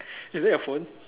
is that your phone